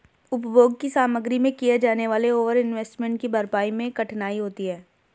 उपभोग की सामग्री में किए जाने वाले ओवर इन्वेस्टमेंट की भरपाई मैं कठिनाई होती है